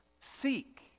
seek